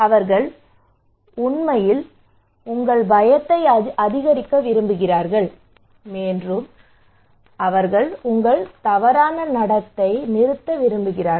அவர்கள் உண்மையில் உங்கள் பயத்தை அதிகரிக்க விரும்புகிறார்கள் மேலும் அவர்கள் உங்கள் தவறான நடத்தை நிறுத்த விரும்புகிறார்கள்